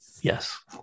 yes